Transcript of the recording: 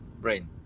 brain